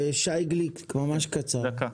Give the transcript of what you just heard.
שי גליק, ממש קצר.